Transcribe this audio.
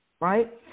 right